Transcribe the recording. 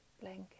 blanket